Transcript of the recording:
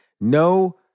No